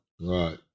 Right